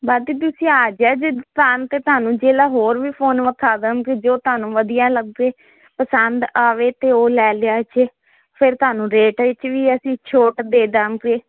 ਬਾਕੀ ਤੁਸੀਂ ਆ ਜਿਓ ਜੇ ਦੁਕਾਨ ਤੇ ਤੁਹਾਨੂੰ ਜੇਲਾਂ ਹੋਰ ਵੀ ਫੋਨ ਵਿਖਾ ਦਵਾਂਗੇ ਜੋ ਤੁਹਾਨੂੰ ਵਧੀਆ ਲੱਗੇ ਪਸੰਦ ਆਵੇ ਤੇ ਉਹ ਲੈ ਲਿਆ ਜੇ ਫਿਰ ਤੁਹਾਨੂੰ ਰੇਟ ਵਿੱਚ ਵੀ ਅਸੀਂ ਛੋਟ ਦੇ ਦਮਗੇ